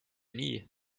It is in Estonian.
nii